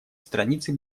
страницы